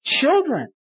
children